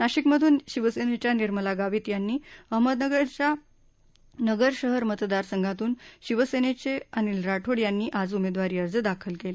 नाशिकमधून शिवसेनेच्या निर्मला गावित यांनी अहमदनगरच्या नगर शहर मतदारसंघातून शिवसेनेच्या अनिल राठोड यांनीही आज उमेदवारी अर्ज दाखल केला